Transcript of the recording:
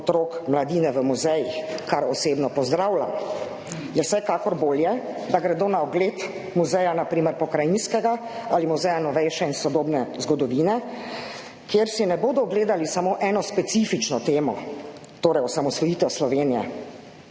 otrok, mladine v muzejih, kar osebno pozdravljam, je vsekakor bolje, da gredo na ogled na primer pokrajinskega muzeja ali muzeja novejše in sodobne zgodovine, kjer si ne bodo ogledali samo ene specifične teme, torej osamosvojitve Slovenije,